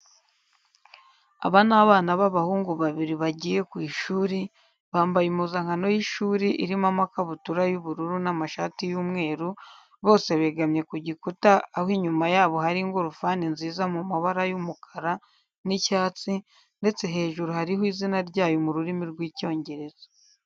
Aba ni abana b'abahungu babiri bagiye ku ishuri, bambaye impuzankano y'ishuri irimo amakabutura y'ubururu n'amashati y'umweru, bose begamye ku gikuta aho inyuma yabo kari ingorofani nziza mu mabara y'umukara n'icyatsi ndetse hejuru hariho izina ryayo mu rurimi rw'Icyongereza.